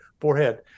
forehead